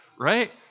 right